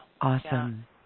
Awesome